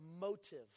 motive